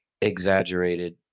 exaggerated